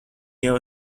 jau